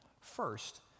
First